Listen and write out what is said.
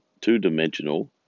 two-dimensional